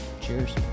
Cheers